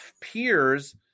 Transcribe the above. peers